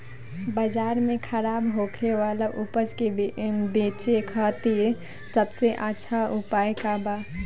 बाजार में खराब होखे वाला उपज के बेचे खातिर सबसे अच्छा उपाय का बा?